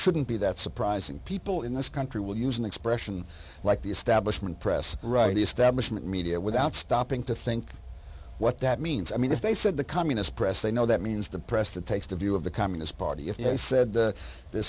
shouldn't be that surprising people in this country will use an expression like the establishment press right establishment media without stopping to think what that means i mean if they said the communist press they know that means the press that takes the view of the communist party if they said th